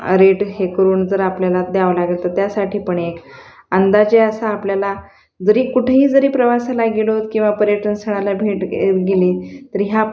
rate हे करून जर आपल्याला द्यावं लागेल तर त्यासाठी पणे एक अंदाजे असा आपल्याला जरी कुठेही जरी प्रवासाला गेलो किंवा पर्यटन स्थळाला भेट द्याय गेलो तरी ह्या